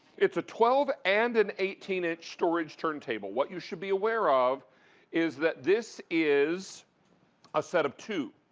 it's a twelve and an eighteen inch storage turntable. what you should be aware of is that this is a set of two.